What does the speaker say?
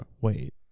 Wait